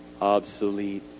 obsolete